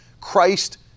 Christ